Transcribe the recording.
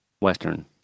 western